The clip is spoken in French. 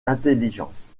intelligence